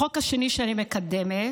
החוק השני שאני מקדמת,